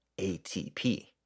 ATP